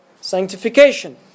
sanctification